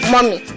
Mommy